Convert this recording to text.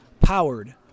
Powered